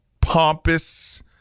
pompous